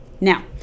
Now